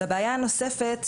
בעיה נוספת,